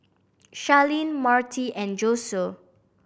Sharlene Marti and Josue